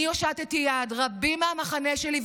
אני הושטתי יד, ורבים מהמחנה שלי.